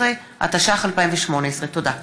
13), התשע"ח 2018. תודה.